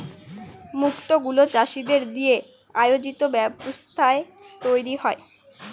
মুক্ত গুলো চাষীদের দিয়ে আয়োজিত ব্যবস্থায় তৈরী হয়